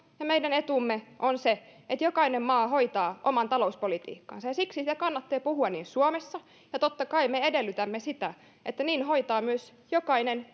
ja meidän etumme on se että jokainen maa hoitaa oman talouspolitiikkansa siksi siitä kannattaa puhua suomessa ja totta kai me edellytämme sitä että niin hoitaa myös jokainen